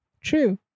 true